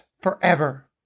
forever